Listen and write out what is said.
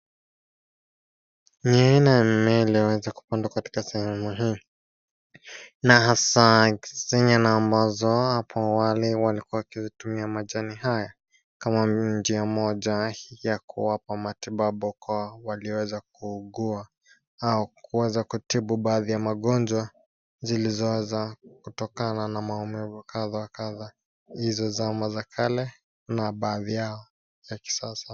Ni aina ya mimea iliyo weza kupandwa katika sehemu hii na hasa zenye na ambazo hapo awali wlikuwa wakitumia majani haya kama njia moja ya kuwapa matibabu kwa walioweza kuugua au kuweza kutibu baadhi ya magonjwa zilizoweza kutokana na maumivu kadha wa kadha hizo zama za kale na baadhi yao ya kisasa.